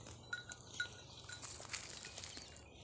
ಇಲ್ಲಿ ಖಾತಾದಿಂದ ಬೇರೆ ಬ್ಯಾಂಕಿಗೆ ರೊಕ್ಕ ಹೆಂಗ್ ಹಾಕೋದ್ರಿ?